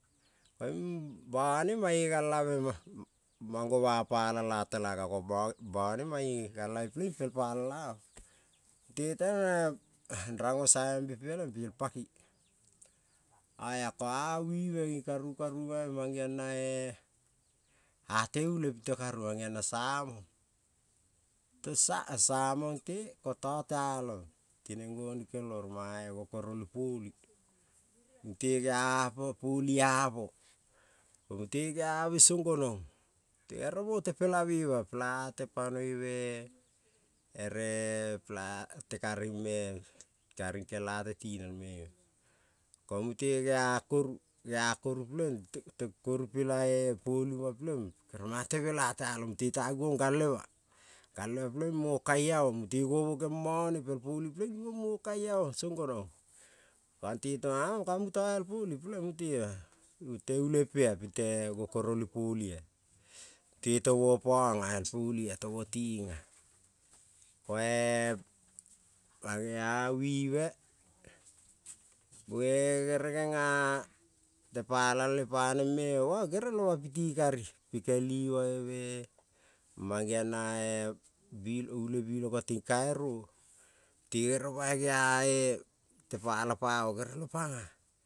Koiung bane mange galave-ma mang-goma pala la telaga ko ba bane mang-nge galave peleng ipel pala, mute teng-e rango saveembe peleng piel paki, oia ko-avaie ging karung karungave mang-geong nae ate ule pite karung man-geong nae samong, tong sa somong te ko ta tealong tineng gonikel-mo rong mangae gokorol poli, mute gea pa poli amo, ko mute gea-me song gonong, mute gere mo tepelame ima pela ate panoi-me ere pela ate karingme karing kel ate tinel-me, ko mute gea kor, gea koru peleng te koru pela poli-mal peleng kere mange te mela talong mute ta gavong galve-ma, galvema peleng imo kai aong nuto go mo ge mone pel poli peleng-ing givong mo kai aong song gonong, konte tong ka muta el poli peleng mute, mute ulei pe-a pinte gokoro li poli-a te tovo pang-a el poli-a tovo ting-a, koe mange-a vive muge gere genga te pala le paneng-me oma gerel oma piti kari, pike ivaime mang-geong nae bil ule biloko ting kairo, te gere bai geae te pala pamo gerel o-pang-a.